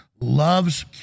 loves